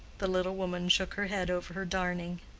the little woman shook her head over her darning.